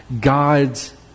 god's